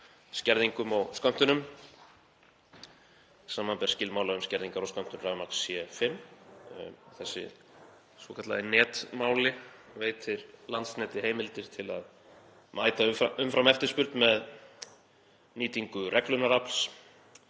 skerðingum og skömmtunum, samanber skilmála um skerðingar á skömmtun rafmagns, C5, sem er þessi svokallaður netmáli sem veitir Landsneti heimildir til að mæta umframeftirspurn með nýtingu reglunarafls,